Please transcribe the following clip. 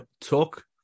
took